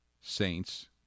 Saints